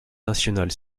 nationale